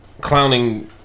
clowning